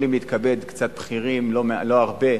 יכולים להתכבד קצת בכירים, לא הרבה,